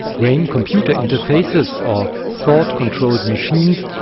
brain computer interfaces, or thought controlled machines,